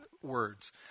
words